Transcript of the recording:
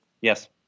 Yes